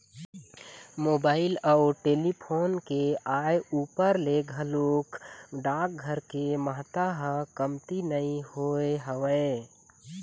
mobile अउ telephone के आय ऊपर ले घलोक डाकघर के महत्ता ह कमती नइ होय हवय